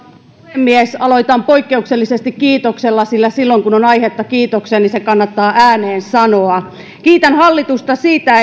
puhemies aloitan poikkeuksellisesti kiitoksella sillä silloin kun on aihetta kiitokseen niin se kannattaa ääneen sanoa kiitän hallitusta siitä